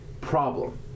Problem